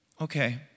Okay